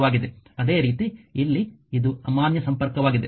ಅದೇ ರೀತಿ ಇಲ್ಲಿ ಇದು ಅಮಾನ್ಯ ಸಂಪರ್ಕವಾಗಿದೆ